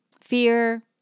fear